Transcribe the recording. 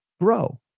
grow